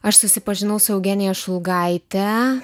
aš susipažinau su eugenija šulgaite